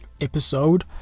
episode